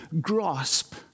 grasp